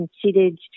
considered